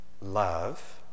Love